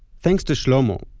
thanks to shlomo,